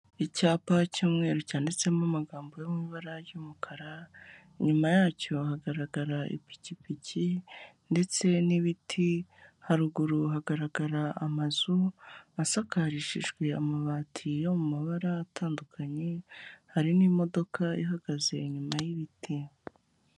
Icyapa cy'umweru cyanditsemo amagambo yo mu ibara ry'umukara, nyuma yacyo hagaragara ipikipiki ndetse n'ibiti, haruguru hagaragara amazu asakarishijwe amabati yo mu mabara atandukanye, hari n'imodoka ihagaze inyuma y'ibiti.